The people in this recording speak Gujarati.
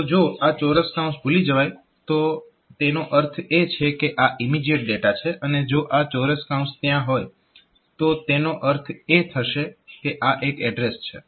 તો જો આ ચોરસ કૌંસ ભૂલી જવાય તો તેનો અર્થ એ છે કે આ ઇમીજીએટ ડેટા છે અને જો આ ચોરસ કૌંસ ત્યાં હોય તો તેનો અર્થ એ થશે કે આ એક એડ્રેસ છે